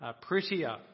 prettier